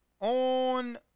On